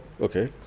Okay